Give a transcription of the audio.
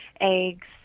eggs